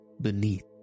beneath